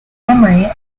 memory